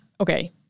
okay